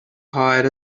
height